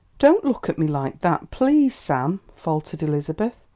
don't look at me like that please, sam! faltered elizabeth.